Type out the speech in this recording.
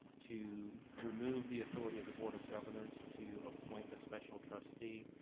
to remove the authority of the board of governors to appoint a special trustee.